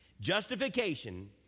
Justification